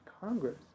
Congress